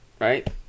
right